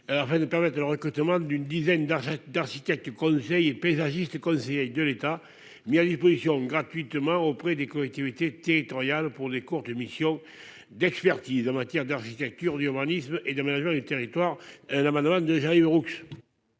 ça de permettre le recrutement d'une dizaine d'argent d'architecte conseil et paysagistes, conseiller de l'État mis à disposition gratuitement auprès des collectivités territoriales pour les cours de mission d'expertise en matière d'architecture, d'urbanisme et d'aménagement du territoire, la droite de j'arrive Héroux.